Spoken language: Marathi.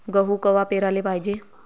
गहू कवा पेराले पायजे?